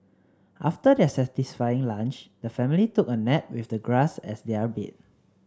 after their satisfying lunch the family took a nap with the grass as their bed